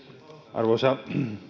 arvoisa